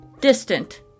distant